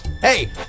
hey